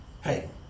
hey